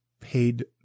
Paid